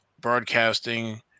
broadcasting